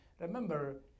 remember